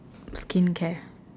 skincare